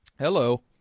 Hello